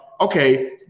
okay